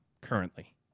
currently